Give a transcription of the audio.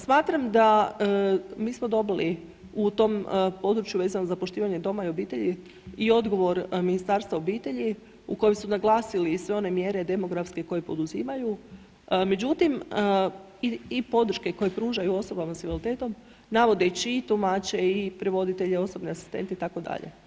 Smatram da, mi smo dobili u tom području vezano za poštivanje doma i obitelji i odgovor Ministarstva obitelji u kojem su naglasili i sve one mjere demografske koje poduzimaju, međutim i podrške koje pružaju osobama s invaliditetom, navodeći i tumače i prevoditelje, osobne asistente itd.